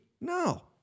No